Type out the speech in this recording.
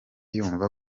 yumva